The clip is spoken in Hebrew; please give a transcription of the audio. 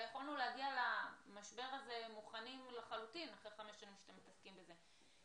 יכולנו להגיע למשבר הזה מוכנים לחלוטין אחרי חמש שנים שאתם מתעסקים בזה.